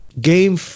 game